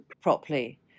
properly